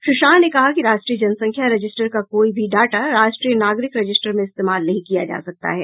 श्री शाह ने कहा कि राष्ट्रीय जनसंख्या रजिस्टर का कोई भी डाटा राष्ट्रीय नागरिक रजिस्टर में इस्तेमाल नहीं किया जा सकता है